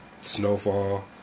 snowfall